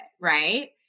right